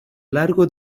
largo